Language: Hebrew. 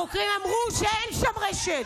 החוקרים אמרו שאין שם רשת.